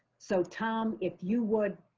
so, tom, if you would